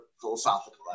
philosophical